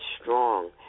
strong